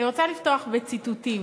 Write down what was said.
אני רוצה לפתוח בציטוטים: